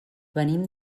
venim